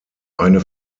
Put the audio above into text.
eine